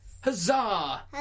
Huzzah